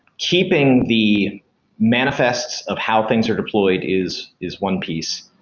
keeping the manifests of how things are deployed is is one piece.